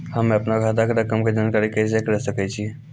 हम्मे अपनो खाता के रकम के जानकारी कैसे करे सकय छियै?